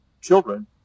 children